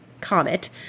comet